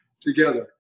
together